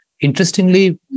Interestingly